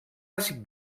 àcid